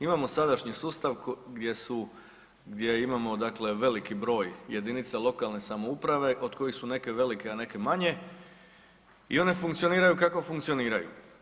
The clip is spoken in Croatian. Imamo sadašnji sustav gdje imamo veliki broj jedinica lokalne samouprave od kojih su neke velike, a neke manje i one funkcioniraju kako funkcioniraju.